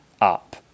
up